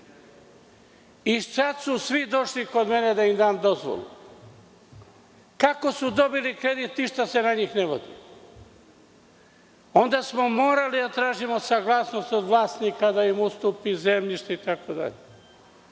i sada su svi došli kod mene da im dam dozvolu. Kako su dobili kredit ti što se na njih ne vodi? Onda smo morali da tražimo saglasnost od vlasnika da im ustupi zemljište, itd.